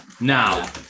Now